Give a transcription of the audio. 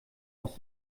aus